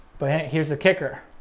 but hey here's the kicker.